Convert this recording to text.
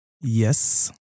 Yes